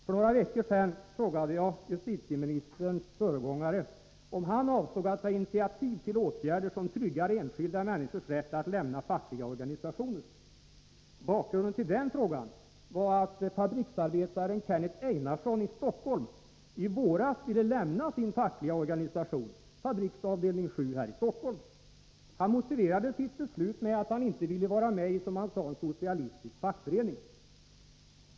: För några veckor sedan frågade jag justitieministerns företrädare om han avsåg att ta initiativ till åtgärder som tryggar enskilda människors rätt att lämna fackliga organisationer. Bakgrunden till den frågan var att fabriksarbetare Kenneth Ejnarsson i Stockholm i våras ville lämna sin fackliga organisation, Fabriks avdelning 7 i Stockholm. Han motiverade sitt beslut med att han inte ville vara med i en — som han sade — ”socialistisk fackförening”.